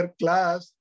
class